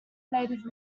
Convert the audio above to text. native